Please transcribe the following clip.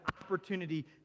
opportunity